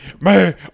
man